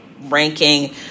ranking